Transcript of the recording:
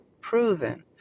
proven